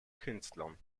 künstlern